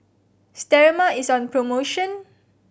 Sterimar is on promotion